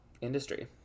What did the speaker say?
industry